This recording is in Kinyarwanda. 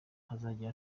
azajya